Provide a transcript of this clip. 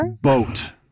boat